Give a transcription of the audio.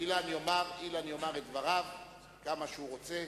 אילן יאמר את דבריו כמה שהוא רוצה,